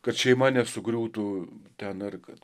kad šeima nesugriūtų ten ar kad